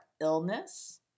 illness